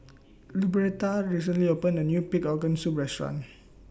Luberta recently opened A New Pig Organ Soup Restaurant